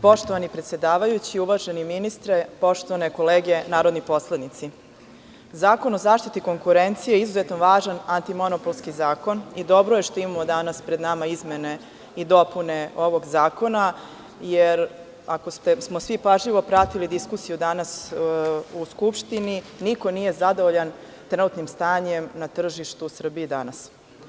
Poštovani predsedavajući, uvaženi ministre, poštovane kolege narodni poslanici, Zakon o zaštiti konkurencije je izuzetno važan antimonopolski zakon i dobro je što imamo danas pred nama izmene i dopune ovog zakona, jer ako smo svi pažljivo pratili diskusiju danas u Skupštini, niko nije zadovoljan trenutnim stanjem na tržištu u Srbiji danas.